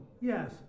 yes